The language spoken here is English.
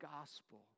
gospel